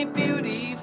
beauty